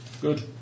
Good